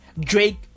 Drake